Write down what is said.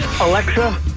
Alexa